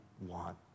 want